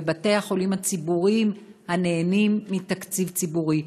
בבתי-החולים הציבוריים הנהנים מתקציב ציבורי.